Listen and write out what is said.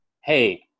hey